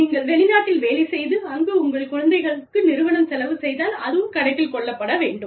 நீங்கள் வெளிநாட்டில் வேலை செய்து அங்கு உங்கள் குழந்தைகளுக்கு நிறுவனம் செலவு செய்தால் அதுவும் கணக்கில் கொள்ளப்பட வேண்டும்